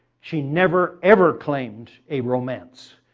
she never, ever claimed a romance.